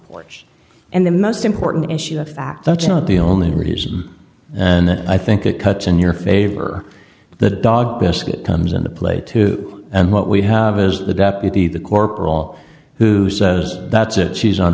porch and the most important issue of fact that's not the only reason and i think it cuts in your favor the dog biscuit comes into play too and what we have is the deputy the corporal who says that's it she's on